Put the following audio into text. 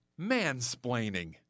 mansplaining